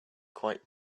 quite